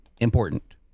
Important